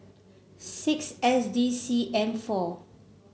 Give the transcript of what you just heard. six S D C M four